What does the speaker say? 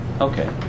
Okay